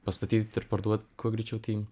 pastatyt ir parduot kuo greičiau tai